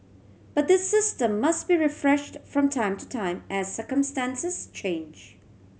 but this system must be refreshed from time to time as circumstances change